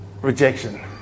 rejection